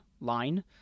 line